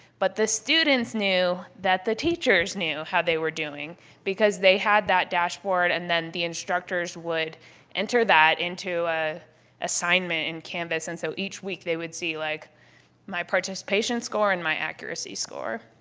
but the students knew that the teachers knew how they were doing because they had that dashboard. and then the instructors would enter that into an ah assignment in canvas. and so each week they would see like my participation score and my accuracy score.